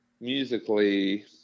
musically